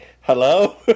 hello